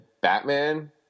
Batman